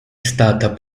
stata